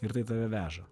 ir tai tave veža